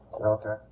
Okay